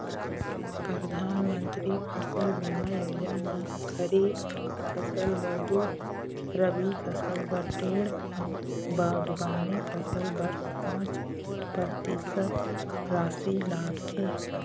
परधानमंतरी फसल बीमा योजना म खरीफ फसल बर दू, रबी फसल बर डेढ़ अउ बागबानी फसल बर पाँच परतिसत रासि लागथे